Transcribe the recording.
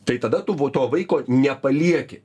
tai tada tu vo to vaiko nepalieki